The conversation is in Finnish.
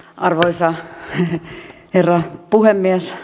arvoisa herra puhemies